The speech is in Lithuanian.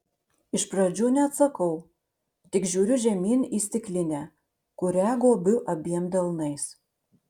iš pradžių neatsakau tik žiūriu žemyn į stiklinę kurią gobiu abiem delnais